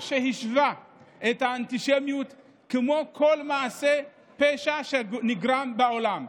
שהשווה את האנטישמיות לכל מעשה פשע שנגרם בעולם.